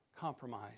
compromise